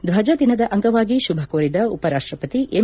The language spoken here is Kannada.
ಧ್ವಜ ದಿನದ ಅಂಗವಾಗಿ ಶುಭಕೋರಿದ ಉಪರಾಷ್ಟಪತಿ ಎಂ